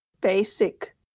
basic